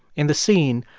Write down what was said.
in the scene,